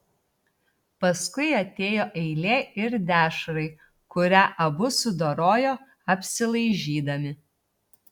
paskui atėjo eilė ir dešrai kurią abu sudorojo apsilaižydami